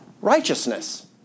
righteousness